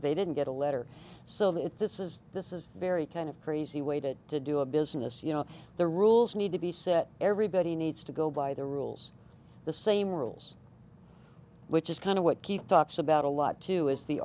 they didn't get a letter so it this is this is very kind of crazy way to to do a business you know the rules need to be set everybody needs to go by the rules the same rules which is kind of what keeps tops about a lot too is the